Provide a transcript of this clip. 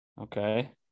Okay